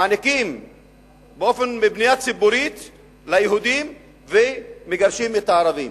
מעניקים בנייה ציבורית ליהודים ומגרשים את הערבים.